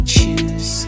choose